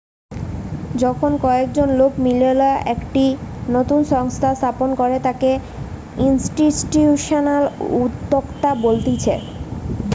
যখন কয়েকজন লোক মিললা একটা নতুন সংস্থা স্থাপন করে তাকে ইনস্টিটিউশনাল উদ্যোক্তা বলতিছে